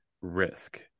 risk